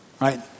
right